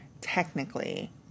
technically